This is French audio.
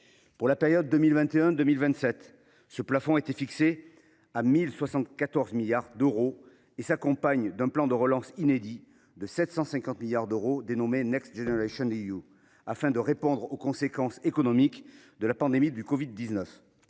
Pour la période 2021 2027, ce plafond a été fixé à 1 074,3 milliards d’euros et s’accompagne d’un plan de relance inédit de 750 milliards d’euros intitulé afin de répondre aux conséquences économiques de la pandémie de covid 19.